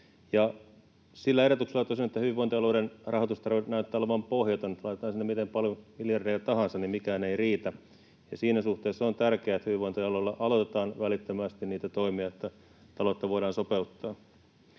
sillä erotuksella tosin, että hyvinvointialueiden rahoitustarve näyttää olevan pohjaton, eli laitetaan sinne miten paljon miljardeja tahansa, niin mikään ei riitä, ja siinä suhteessa on tärkeää, että hyvinvointialueilla aloitetaan välittömästi niitä toimia, että taloutta voidaan sopeuttaa.